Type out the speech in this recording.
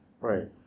Right